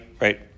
Right